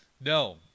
No